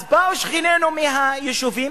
אז באו שכנינו מהיישובים